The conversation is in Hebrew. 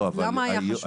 למה זה היה חשוב?